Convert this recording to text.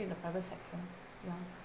in the private sector ya